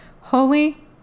holy